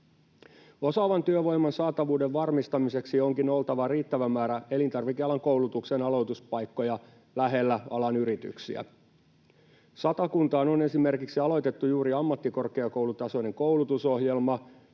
Osaavan työvoiman saatavuuden varmistamiseksi onkin oltava riittävä määrä elintarvikealan koulutuksen aloituspaikkoja lähellä alan yrityksiä. Satakunnassa on esimerkiksi aloitettu juuri ammattikorkeakoulutasoinen koulutusohjelma,